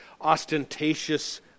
ostentatious